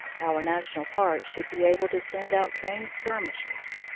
our national parks should be able to send out trained skir mishers.